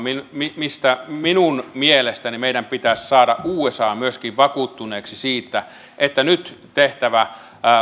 mistä mistä minun mielestäni meidän pitäisi saada usa myöskin vakuuttuneeksi siitä että nyt